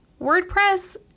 WordPress